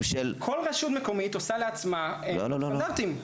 של --- כל רשות מקומית עושה לעצמה את הסטנדרטים.